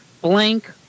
blank